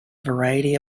variety